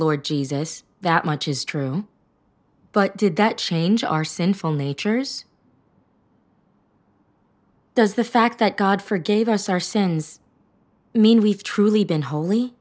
lord jesus that much is true but did that change our sinful natures does the fact that god forgave us our sins mean we've truly been holy